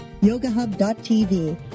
yogahub.tv